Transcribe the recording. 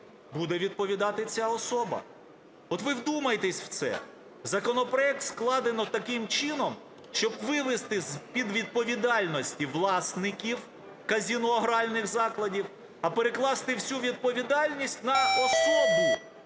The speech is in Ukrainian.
буде відповідати ця особа. От ви вдумайтесь в це. Законопроект складено таким чином, щоб вивести з-під відповідальності власників казино, гральних закладів, а перекласти всю відповідальність на особу,